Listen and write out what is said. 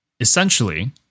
Essentially